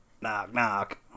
Knock-knock